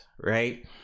right